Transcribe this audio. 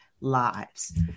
lives